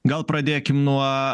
gal pradėkim nuo